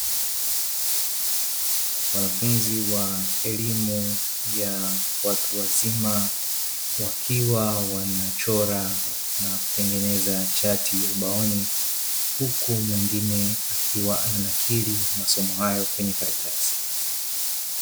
Wanafunzi wa elimu ya watu wazima, wakiwa wanachora na kutengeneza chati ubaoni. Huku mwengine akiwa ana nakiri masomo hayo kwenye karatasi.